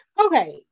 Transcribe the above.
Okay